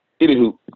Anywho